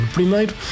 Primeiro